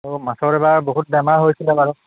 অঁ মাছৰ এইবাৰ বহুত বেমাৰ হৈছিলে বাৰু